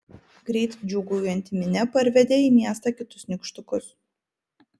greit džiūgaujanti minia parvedė į miestą kitus nykštukus